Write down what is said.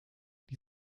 die